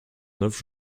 neuf